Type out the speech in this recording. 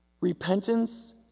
Repentance